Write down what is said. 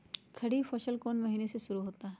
खरीफ फसल कौन में से महीने से शुरू होता है?